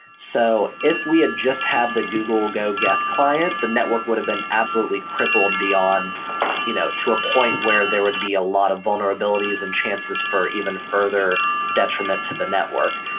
so if we had just have the google go geth client, the network would've been absolutely crippled beyond you know to a point where there would be a lot of vulnerabilities and chances for even further detriments to the network,